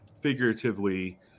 figuratively